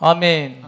Amen